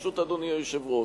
ברשות אדוני היושב-ראש.